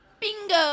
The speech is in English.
Bingo